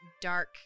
dark